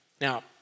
Now